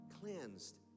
cleansed